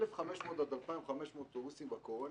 1,500 עד 2,500 אוטובוסים בקורונה,